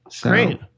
Great